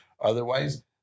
Otherwise